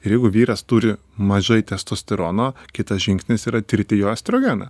ir jeigu vyras turi mažai testosterono kitas žingsnis yra tirti jo estrogeną